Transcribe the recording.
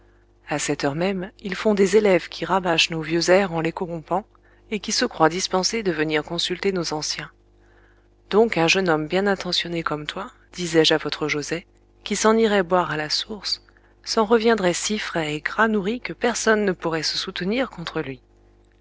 à cette heure même ils font des élèves qui rabâchent nos vieux airs en les corrompant et qui se croient dispensés de venir consulter nos anciens donc un jeune homme bien intentionné comme toi disais-je à votre joset qui s'en irait boire à la source s'en reviendrait si frais et gras nourri que personne ne pourrait se soutenir contre lui